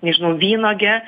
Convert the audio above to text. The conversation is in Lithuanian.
nežinau vynuoge